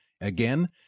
Again